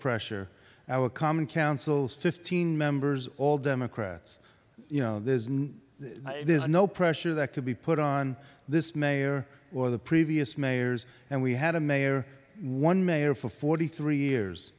pressure now a common counsels fifteen members all democrats you know there's no there's no pressure there to be put on this mayor or the previous mayors and we had a mayor one mayor for forty three years